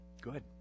good